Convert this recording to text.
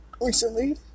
recently